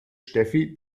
steffi